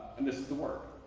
and this is the work.